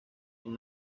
son